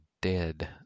dead